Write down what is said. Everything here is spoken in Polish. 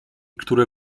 które